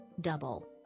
double